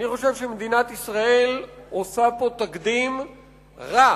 אני חושב שמדינת ישראל עושה פה תקדים רע